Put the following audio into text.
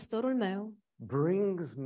Brings